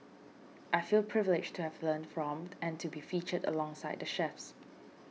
I feel privileged to have learnt from and to be featured alongside the chefs